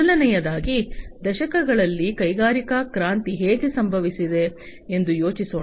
ಮೊದಲನೆಯದಾಗಿ ದಶಕಗಳಲ್ಲಿ ಕೈಗಾರಿಕಾ ಕ್ರಾಂತಿ ಹೇಗೆ ಸಂಭವಿಸಿದೆ ಎಂದು ಯೋಚಿಸೋಣ